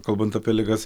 kalbant apie ligas